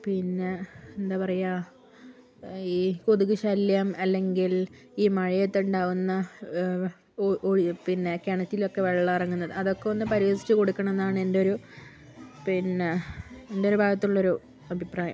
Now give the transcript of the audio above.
പിന്നെ എന്താ പറയുക ഈ കൊതുക് ശല്യം അല്ലെങ്കിൽ ഈ മഴയത്തുണ്ടാവുന്ന പിന്നെ കിണറ്റിലൊക്കെ വെള്ളമിറങ്ങുന്നത് അതൊക്കെ ഒന്ന് പരിഹസിച്ചു കൊടുക്കണമെന്നാണ് എന്റെയൊരു പിന്നെ എന്റെയൊരു ഭാഗത്തുള്ളൊരു അഭിപ്രായം